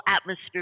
atmosphere